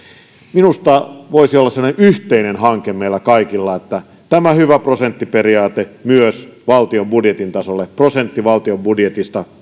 minusta voisi olla semmoinen yhteinen hanke että tämä hyvä prosenttiperiaate tulisi myös valtion budjetin tasolle prosentti valtion budjetista